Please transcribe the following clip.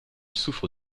souffre